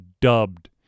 dubbed